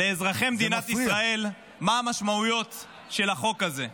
אני רוצה גם להסביר לאזרחי מדינת ישראל מה המשמעויות של החוק הזה.